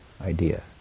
idea